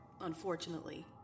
unfortunately